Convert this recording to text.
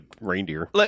reindeer